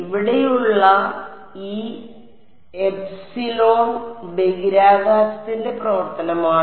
ഇവിടെയുള്ള ഈ എപ്സിലോൺ ബഹിരാകാശത്തിന്റെ പ്രവർത്തനമാണ്